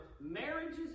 marriages